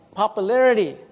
popularity